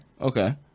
okay